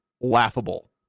laughable